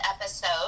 episode